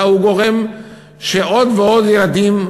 הוא גורם שעוד ועוד ילדים,